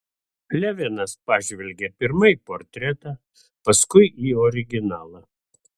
levinas pažvelgė pirma į portretą paskui į originalą